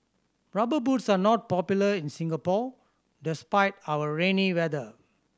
Rubber Boots are not popular in Singapore despite our rainy weather